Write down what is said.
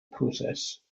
process